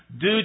due